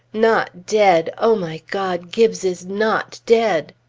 not dead! o my god! gibbes is not dead!